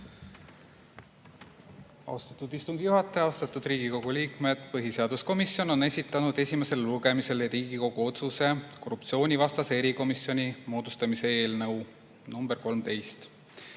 Austatud istungi juhataja! Austatud Riigikogu liikmed! Põhiseaduskomisjon on esitanud esimesele lugemisele Riigikogu otsuse "Korruptsioonivastase erikomisjoni moodustamine" eelnõu nr 13.